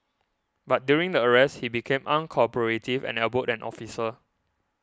but during the arrest he became uncooperative and elbowed an officer